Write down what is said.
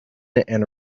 and